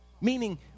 meaning